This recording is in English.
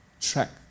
track